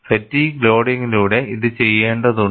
fatigue ലോഡിങിലൂടെ ഇത് ചെയ്യേണ്ടതുണ്ട്